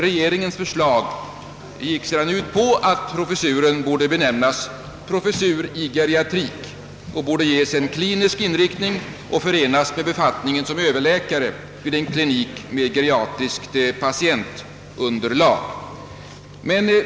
Regeringens förslag gick ut på att professuren borde benämnas professur i geriatrik och ges klinisk inriktning samt förenas med befattningen som överläkare vid en klinik med geriatriskt patientunderlag.